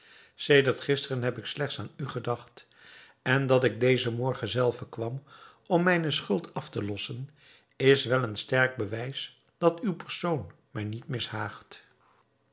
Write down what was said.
sedert gisteren heb ik slechts aan u gedacht en dat ik dezen morgen zelve kwam om mijne schuld af te doen is wel een sterk bewijs dat uw persoon mij niet